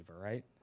right